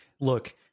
look